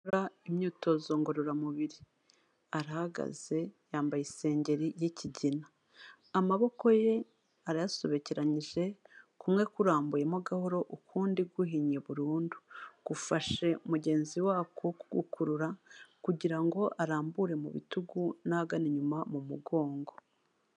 Kubera imyitozo ngororamubiri, arahagaze yambaye isengeri ry'ikigina, amaboko ye arayasobekeranyije kumwe kurambuye mo gahoro ukundi guhinnye burundu, gufashe mugenzi wako kugukurura kugira ngo arambure mu bitugu n'ahagana inyuma mu mugongo.